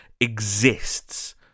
exists